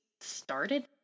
started